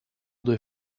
due